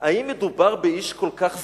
האם מדובר באיש כל כך זקן?